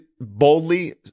boldly